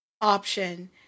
option